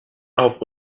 auf